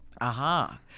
Aha